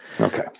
okay